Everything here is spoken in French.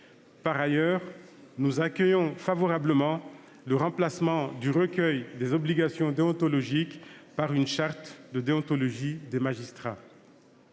Par ailleurs, nous accueillons favorablement le remplacement du recueil des obligations déontologiques par une charte de déontologie des magistrats.